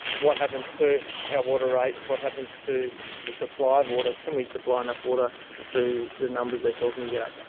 what happens to our water rates, what happens to the supply of water? can we supply enough water to the numbers they're talking about?